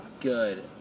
Good